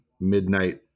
midnight